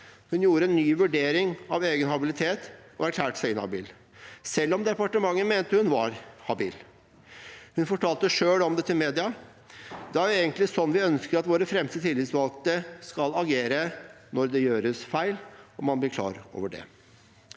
hun gjorde en ny vurdering av egen habilitet og erklærte seg inhabil, selv om departementet mente hun var habil. Hun fortalte selv om dette til media. Det er jo egentlig slik vi ønsker at våre fremste tillitsvalgte skal agere når det gjøres feil og man blir klar over det.